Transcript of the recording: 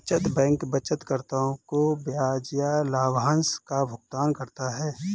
बचत बैंक बचतकर्ताओं को ब्याज या लाभांश का भुगतान करता है